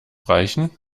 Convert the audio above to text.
reichen